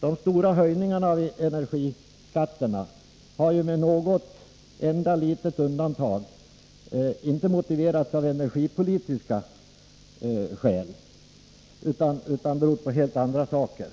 De stora höjningarna av energiskatterna har ju med något enda litet undantag inte genomförts av energipolitiska skäl utan har helt andra orsaker.